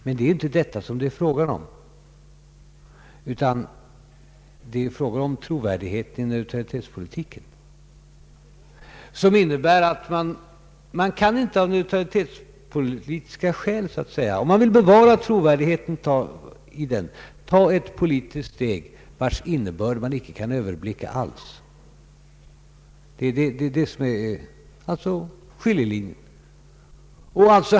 Men det är inte fråga om detta, utan det är fråga om trovärdigheten i neutralitetspolitiken. Man kan inte, om man vill bevara denna trovärdighet, av neutralitetspolitiska skäl ta ett politiskt steg vars innebörd man inte kan överblicka. Det är detta som är skiljelinjen.